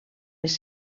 les